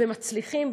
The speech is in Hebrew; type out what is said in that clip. ומצליחים,